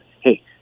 hey